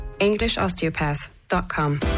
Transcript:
EnglishOsteopath.com